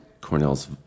cornell's